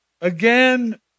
again